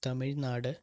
Tamil Nadu